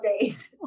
days